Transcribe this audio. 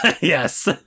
yes